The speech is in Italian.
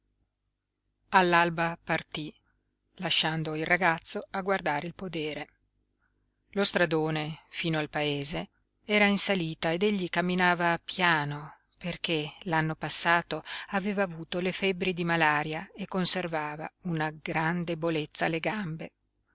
all'alba partí lasciando il ragazzo a guardare il podere lo stradone fino al paese era in salita ed egli camminava piano perché l'anno passato aveva avuto le febbri di malaria e conservava una gran debolezza alle gambe